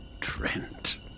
Trent